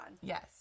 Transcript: Yes